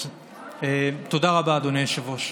תודה רבה, אדוני היושב-ראש.